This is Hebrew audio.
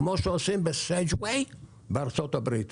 כמו שעושים בסייגוואי בארצות הברית,